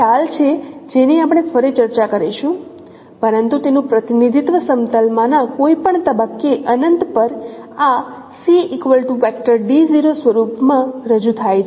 તે એક ખ્યાલ છે જેની આપણે ફરી ચર્ચા કરીશું પરંતુ તેનું પ્રતિનિધિત્વ સમતલમાંના કોઈપણ તબક્કે અનંત પર આ સ્વરૂપ માં રજૂ થાય છે